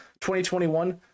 2021